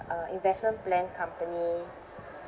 uh investment plan company